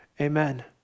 amen